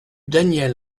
daniel